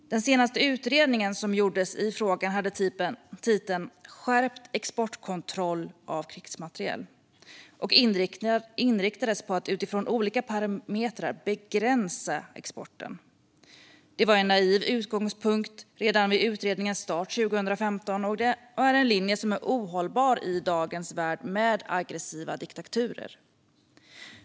Den senaste utredning som gjorts i frågan hade titeln Skärpt exportkontroll av krigsmateriel och inriktades på att utifrån olika parametrar begränsa exporten. Det var en naiv utgångspunkt redan vid utredningens start 2015 och är en linje som är ohållbar i dagens värld med aggressiva diktaturer.